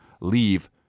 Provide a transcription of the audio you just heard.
Leave